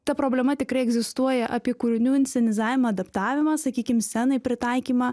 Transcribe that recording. ta problema tikrai egzistuoja apie kūrinių inscenizavimą adaptavimą sakykim scenai pritaikymą